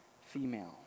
female